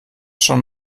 schon